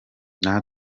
ntawe